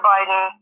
Biden